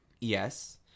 Yes